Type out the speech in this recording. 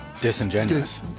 Disingenuous